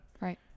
right